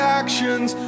actions